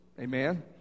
Amen